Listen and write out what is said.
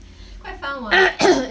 it's quite fun [what]